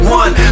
one